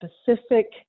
specific